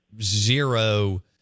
zero